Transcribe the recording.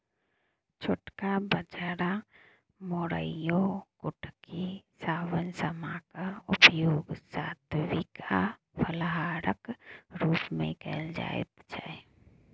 छोटका बाजरा मोराइयो कुटकी शवन समा क उपयोग सात्विक आ फलाहारक रूप मे कैल जाइत छै